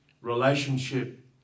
relationship